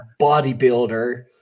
bodybuilder